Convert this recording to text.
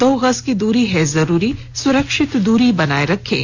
दो गज की दूरी है जरूरी सुरक्षित दूरी बनाए रखें